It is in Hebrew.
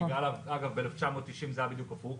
אגב, ב-1990 זה היה בדיוק הפוך.